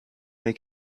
make